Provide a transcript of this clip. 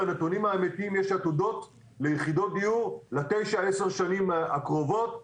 יש עתודות ליחידות דיור לתשע-עשר השנים הקרובות.